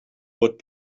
would